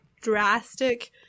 drastic